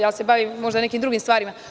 Ja se bavim možda nekim drugim stvarima.